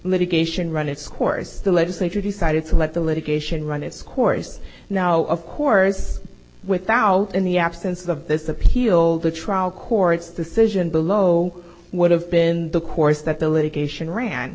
litigation run its course the legislature decided to let the litigation run its course now of course without in the absence of this appeal the trial court's decision below would have been the course that the litigation ran